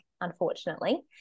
unfortunately